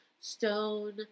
stone